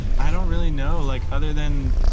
i don't really know, like other than